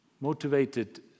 motivated